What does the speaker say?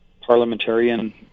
parliamentarian